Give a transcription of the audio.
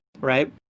right